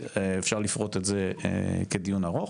אפשר לפרוט את זה כדיון ארוך,